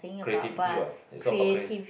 creativity what it's all about crea~